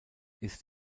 ist